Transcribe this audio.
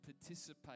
participate